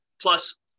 Plus